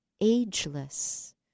ageless